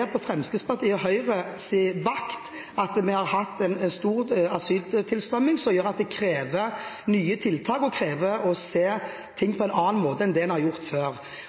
er på Fremskrittspartiet og Høyres vakt at vi har hatt en stor asyltilstrømming som krever nye tiltak og å se ting på en annen måte enn det en har gjort før.